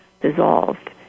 dissolved